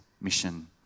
mission